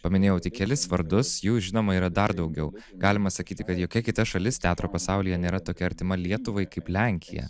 paminėjau tik kelis vardus jų žinoma yra dar daugiau galima sakyti kad jokia kita šalis teatro pasaulyje nėra tokia artima lietuvai kaip lenkija